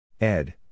Ed